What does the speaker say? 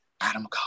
Adam